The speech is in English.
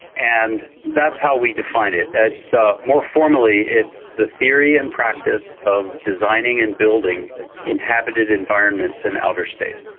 and that's how we define it. ah so more formally it is the theory and practice of designing and building inhabited environments in outer space.